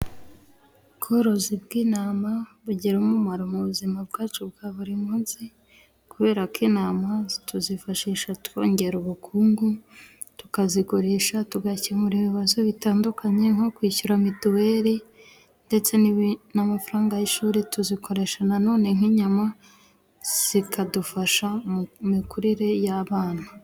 Ubworozi bw'intama bugira umumaro mu buzima bwacu bwa buri munsi kubera ko intama tuzifashisha twongera ubukungu tukazigurisha tugakemura ibibazo bitandukanye nko kwishyura mituweli ndetse n'amafaranga y'ishuri tuzikoresha nanone nk'inyama zikadufasha mu mikurire y'abana.